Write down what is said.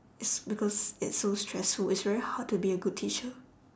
is because it's so stressful it's very hard to be a good teacher